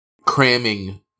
cramming